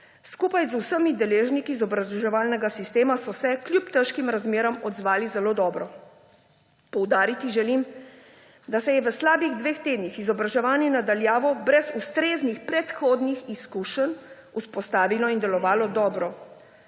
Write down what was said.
Skupaj z vsemi deležniki izobraževalnega sistema so se kljub težkim razmeram odzvali zelo dobro. Poudariti želim, da se je v slabih dveh tednih izobraževanje na daljavo brez ustreznih predhodnih izkušenj vzpostavilo in je delovalo dobro.